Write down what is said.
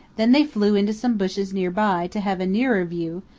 then they flew into some bushes near by, to have a nearer view,